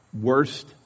worst